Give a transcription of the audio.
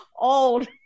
old